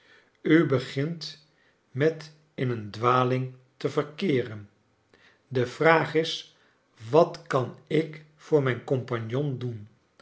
u begint met in een dwaling te yerkeeren de vraag is wat kan ik voor mijn compagnon doen